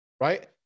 right